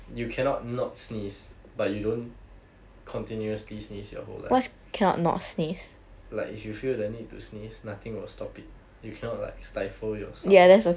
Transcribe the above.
you cannot not sneeze but you don't continuously sneeze your whole life like if you feel the need to sneeze nothing will stop it you cannot like stifle yourself